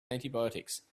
antibiotics